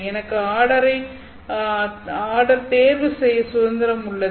எனக்கு ஆர்டரை ஆர்டர் தேர்வு செய்ய சுதந்திரம் உள்ளது